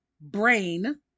brain